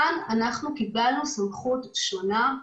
כאן אנחנו קיבלנו סמכות שונה,